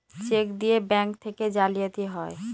check দিয়ে bank থেকে জালিয়াতি হয়